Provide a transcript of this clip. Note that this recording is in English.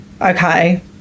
okay